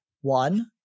one